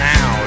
Now